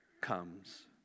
comes